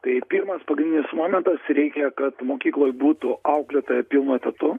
tai pirmas pagrindinis momentas reikia kad mokykloj būtų auklėtoja pilnu etatu